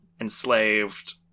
enslaved